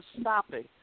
stopping